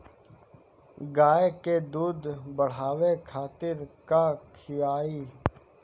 गाय के दूध बढ़ावे खातिर का खियायिं?